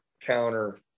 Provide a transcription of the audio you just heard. counter